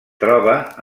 troba